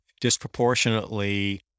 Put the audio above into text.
disproportionately